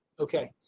okay,